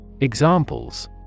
Examples